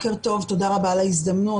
תודה רבה על ההזדמנות.